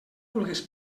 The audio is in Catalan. vulgues